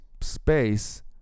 space